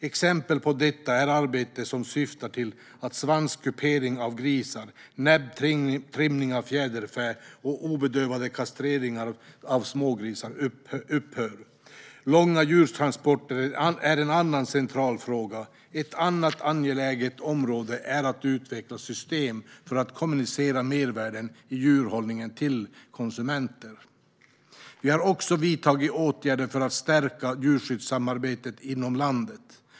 Exempel på detta är arbete som syftar till att svanskupering av grisar, näbbtrimning av fjäderfä och obedövad kastrering av smågrisar upphör. Långa djurtransporter är en annan central fråga. Ett annat angeläget område är att utveckla system för att kommunicera mervärden i djurhållningen till konsumenter. Vi har också vidtagit åtgärder för att stärka djurskyddssamarbetet inom landet.